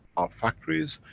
our factories,